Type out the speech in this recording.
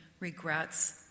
regrets